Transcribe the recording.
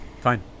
fine